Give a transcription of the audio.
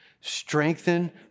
Strengthen